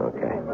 Okay